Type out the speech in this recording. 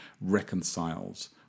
reconciles